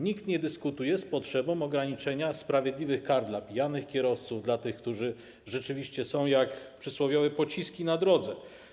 Nikt nie dyskutuje z potrzebą wprowadzenia sprawiedliwych kar dla pijanych kierowców, dla tych, którzy rzeczywiście są jak przysłowiowe pociski na drodze.